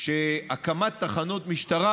שהקמת תחנות משטרה,